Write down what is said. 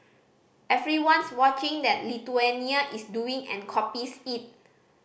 everyone's watching that Lithuania is doing and copies it